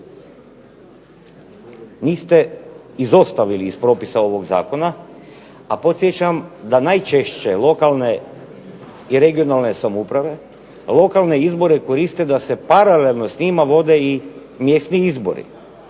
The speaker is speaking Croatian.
ste izostavili iz propisa ovog zakona, a podsjećam da najčešće lokalne i regionalne samouprave lokalne izbore koriste da se paralelno s njima vode i mjesni izbori.